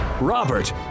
Robert